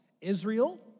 israel